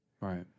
Right